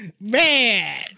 man